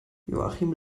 joachim